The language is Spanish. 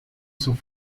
sus